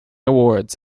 awards